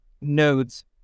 nodes